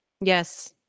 Yes